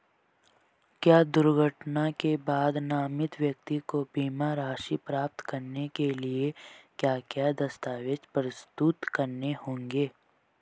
क्या दुर्घटना के बाद नामित व्यक्ति को बीमा राशि प्राप्त करने के लिए क्या क्या दस्तावेज़ प्रस्तुत करने होंगे?